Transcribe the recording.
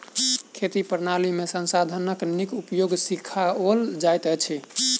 खेती प्रणाली में संसाधनक नीक उपयोग सिखाओल जाइत अछि